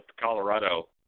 Colorado